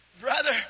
brother